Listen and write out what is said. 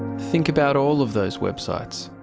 think about all of those websites,